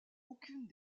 aucune